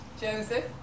Joseph